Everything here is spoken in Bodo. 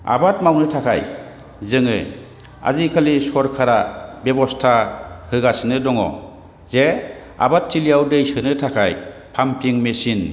आबाद मावनो थाखाय जों आजिकालि सरकारा बेबस्था होगासिनो दङ जे आबादथिलियाव दै सोनो थाखाय पाम्पिं मेचिन